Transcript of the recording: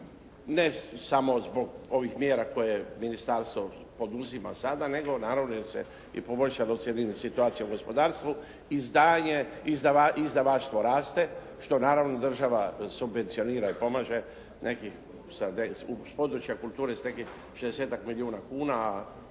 ne samo zbog ovih mjera koje Ministarstvo poduzima sada nego naravno jer se i poboljšala u cjelini situacija u gospodarstvu, izdanje, izdavaštvo raste što naravno država subvencionira i pomaže nekih, s područja kulture s nekih 60-tak milijuna kuna,